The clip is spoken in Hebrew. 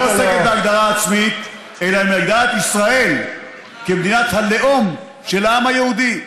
לא עוסקת בהגדרה עצמית אלא בהגדרת ישראל כמדינת הלאום של העם היהודי.